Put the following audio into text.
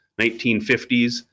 1950s